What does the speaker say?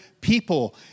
people